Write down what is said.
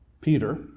Peter